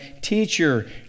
Teacher